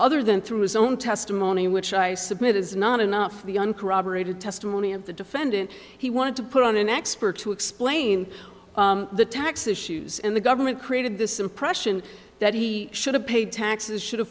other than through his own testimony which i submit is not enough the uncorroborated testimony of the defendant he wanted to put on an expert to explain the tax issues and the government created this impression that he should have paid taxes should have